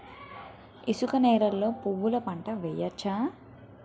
ఇసుక నేలలో నువ్వుల పంట వేయవచ్చా?